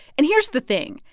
and here's the thing.